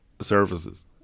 services